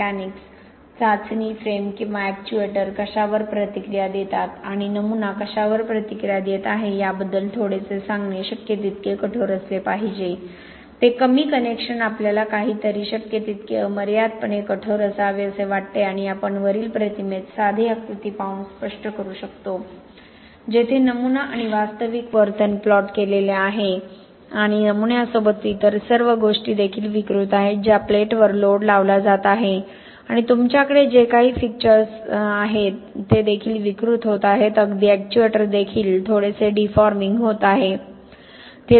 mechanics चाचणी frame किंवा actuator कशावर प्रतिक्रिया देतात आणि नमुना कशावर प्रतिक्रिया देत आहे याबद्दल थोडेसे सांगणे शक्य तितके कठोर असले पाहिजे ते कमी कनेक्शनआपल्याला काहीतरी शक्य तितके अमर्यादपणे कठोर असावे असे वाटते आणि आपण वरील प्रतिमेतील साधे आकृती पाहून स्पष्ट करू शकतो जेथे नमुना आणि वास्तविक वर्तन प्लॉट केलेले आहे आणि नमुन्यासोबत इतर सर्व गोष्टी देखील विकृत आहेत ज्या प्लेटवर लोड लावला जात आहे आणि तुमच्याकडे जे काही फिक्स्चर आहेत ते देखील विकृत होत आहेत अगदी एक्च्युएटर देखील थोडेसे डिफॉर्मिंग होत आहे